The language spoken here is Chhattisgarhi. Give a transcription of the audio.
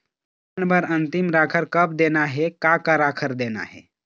धान बर अन्तिम राखर कब देना हे, का का राखर देना हे?